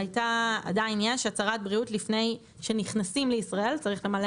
עדיין יש הצהרת בריאות לפני שנכנסים לישראל וצריך למלא